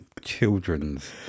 children's